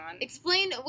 Explain